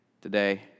Today